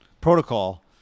protocol